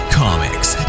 comics